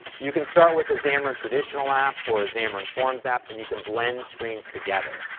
you can start with the xamarin traditional app or xamarin forms app and you can blend screens together.